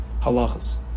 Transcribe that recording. halachas